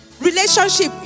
Relationship